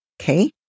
Okay